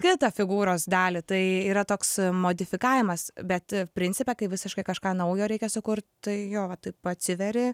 kitą figūros dalį tai yra toks modifikavimas bet principe kai visiškai kažką naujo reikia sukurt tai jo va taip atsiveri